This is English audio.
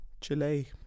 Chile